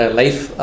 life